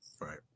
Right